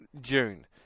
June